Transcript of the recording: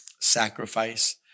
sacrifice